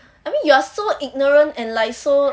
I mean you are so ignorant and like so